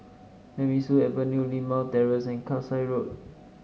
Nemesu Avenue Limau Terrace and Kasai Road